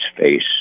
face